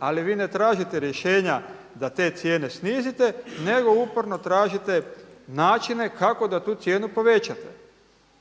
ali vi ne tražite rješenja da te cijene snizite nego uporno tražite načine kako da tu cijenu povećate.